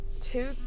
two